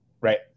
Right